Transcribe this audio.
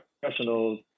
professionals